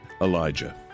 Elijah